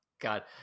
God